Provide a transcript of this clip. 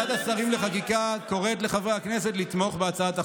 ועדת השרים לחקיקה קוראת לחברי הכנסת לתמוך בהצעת החוק.